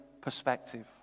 perspective